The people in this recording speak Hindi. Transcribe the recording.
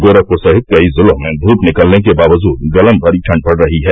गोरखपुर सहित कई जिलों में घूप निकलने के बावजूद गलन भरी ठंड पढ़ रही है